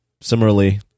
similarly